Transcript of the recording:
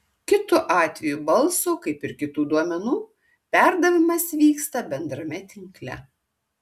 kitu atveju balso kaip ir kitų duomenų perdavimas vyksta bendrame tinkle